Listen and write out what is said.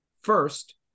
First